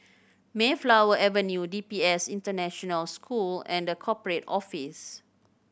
Mayflower Avenue D P S International School and The Corporate Office